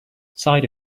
side